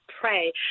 pray